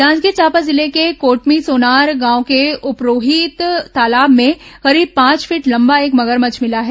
जांजगीर चांपा जिले के कोटमीसोनार गांव के उपरोहित तालाब में करीब पांच फीट लंबा एक मगरमच्छ मिला है